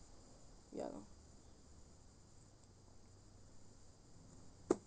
ya lor